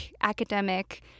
academic